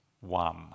one